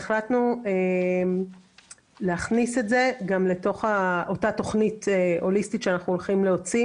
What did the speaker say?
והחלטנו להכניס את זה גם לתוך אותה תכנית הוליסטית שאנחנו הולכים להוציא